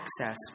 access